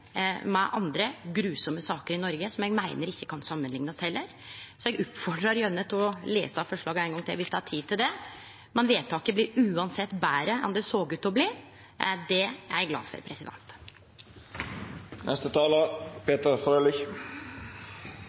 med andre gruvsame saker i Noreg, som eg meiner heller ikkje kan samanliknast. Eg oppmodar gjerne til å lese forslaget ein gong til, viss det er tid til det. Men vedtaket blir uansett betre enn det såg ut til å bli. Det er eg glad for.